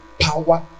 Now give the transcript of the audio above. power